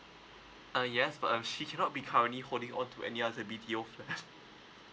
uh yes but um she cannot be currently holding on to any other B_T_O flat